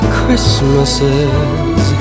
Christmases